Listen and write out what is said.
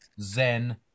Zen